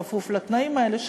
בכפוף לתנאים האלה,